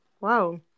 Wow